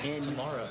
Tomorrow